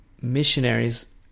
missionaries